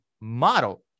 model